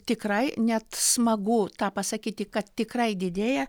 tikrai net smagu tą pasakyti kad tikrai didėja